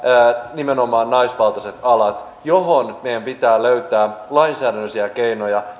nimenomaan naisvaltaiset alat mihin meidän pitää löytää lainsäädännöllisiä keinoja